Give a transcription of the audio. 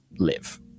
live